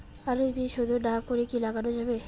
আলুর বীজ শোধন না করে কি লাগানো যাবে?